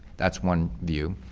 that's one view.